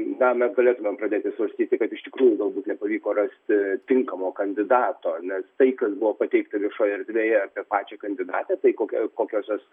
na mes galėtumėm pradėti svarstyti kad iš tikrųjų galbūt nepavyko rasti tinkamo kandidato nes tai kas buvo pateikta viešoj erdvėje apie pačią kandidatę tai kokia kokios jos